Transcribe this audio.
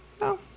No